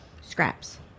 Scraps